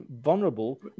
vulnerable